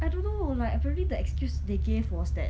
I don't know like apparently the excuse they gave was that